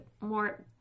more